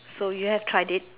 so you have tried it